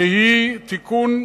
שהיא תיקון מסוים,